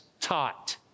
taught